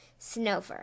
Snowfur